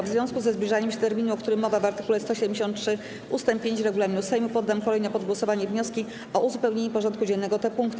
W związku ze zbliżaniem się terminu, o którym mowa w art. 173 ust. 5 regulaminu Sejmu, poddam kolejno pod głosowanie wnioski o uzupełnienie porządku dziennego o te punkty.